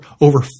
over